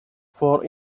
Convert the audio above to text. for